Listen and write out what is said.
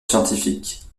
scientifique